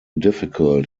difficult